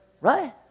Right